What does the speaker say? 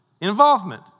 Involvement